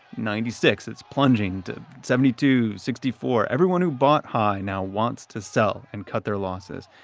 ninety six, it's plunging to seventy two, sixty four. everyone who bought high now wants to sell and cut their losses,